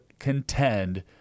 contend